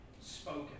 spoken